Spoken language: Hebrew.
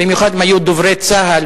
במיוחד אם היו דוברי צה"ל,